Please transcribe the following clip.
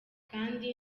kandi